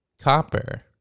Copper